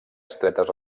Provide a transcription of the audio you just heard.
estretes